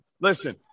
Listen